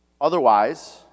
Otherwise